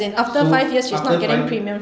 so after five